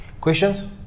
questions